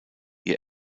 ihr